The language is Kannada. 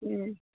ಹ್ಞೂ